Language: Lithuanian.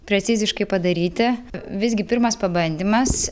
preciziškai padaryti visgi pirmas pabandymas